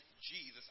Jesus